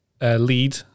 lead